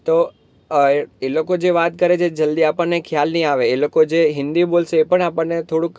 તો એ લોકો જે વાત કરે છે એ જલ્દી આપણને ખ્યાલ નહીં આવે એ લોકો જે હિન્દી બોલશે એ પણ આપણને થોડુંક